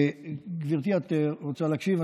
גברתי, את רוצה להקשיב?